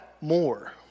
more